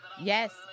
Yes